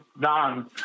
Don